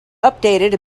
updated